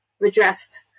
redressed